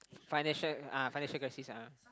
financial ah financial crisis ah